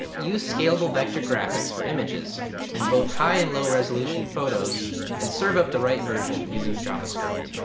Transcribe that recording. use scalable vector graphics for images and both high and low resolution photos and serve up the right version using javascript.